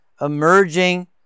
emerging